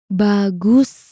bagus